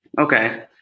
okay